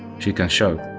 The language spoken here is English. she can shout,